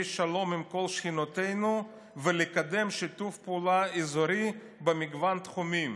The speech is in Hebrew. שלום עם כל שכנותינו ולקדם שיתוף פעולה אזורי במגוון תחומים".